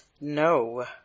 No